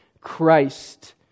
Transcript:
Christ